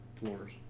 Floors